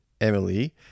Emily